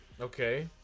okay